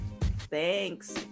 thanks